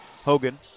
Hogan